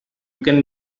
can